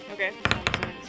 Okay